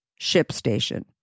ShipStation